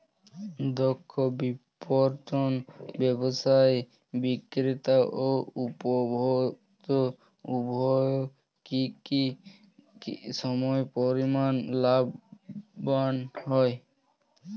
দক্ষ বিপণন ব্যবস্থায় বিক্রেতা ও উপভোক্ত উভয়ই কি সমপরিমাণ লাভবান হয়?